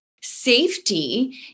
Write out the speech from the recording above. safety